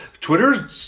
Twitter